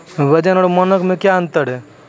वजन और मानक मे क्या अंतर हैं?